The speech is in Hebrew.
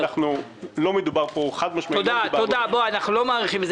אנחנו לא מאריכים בזה.